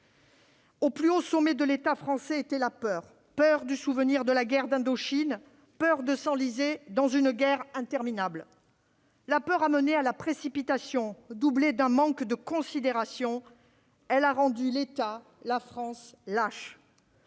bâclée. Au sommet de l'État français régnait la peur- peur laissée par le souvenir de la guerre d'Indochine, peur de s'enliser dans une guerre interminable. La peur a mené à la précipitation. Doublée d'un manque de considération, elle a rendu l'État, la France, lâche.